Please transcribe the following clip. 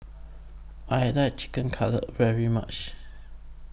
I like Chicken Cutlet very much